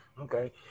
Okay